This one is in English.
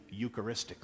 Eucharistically